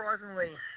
surprisingly